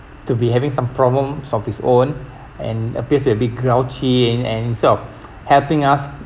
to be having some problems of his own and appears to be grouchy and instead of helping us